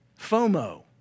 FOMO